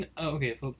Okay